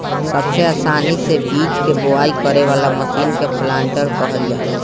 सबसे आसानी से बीज के बोआई करे वाला मशीन के प्लांटर कहल जाला